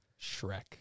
Shrek